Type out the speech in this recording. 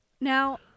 Now